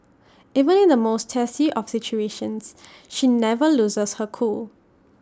even in the most testy of situations she never loses her cool